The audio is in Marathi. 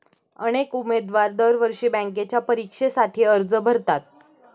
अनेक उमेदवार दरवर्षी बँकेच्या परीक्षेसाठी अर्ज भरतात